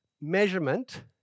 measurement